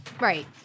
Right